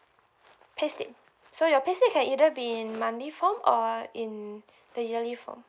payslip so your payslip can either be in monthly form or in the yearly form